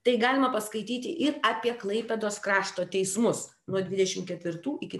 tai galima paskaityt ir apie klaipėdos krašto teismus nuo dvidešim ketvirtų iki